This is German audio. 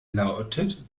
lautet